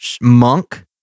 Monk